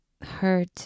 hurt